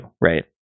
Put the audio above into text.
right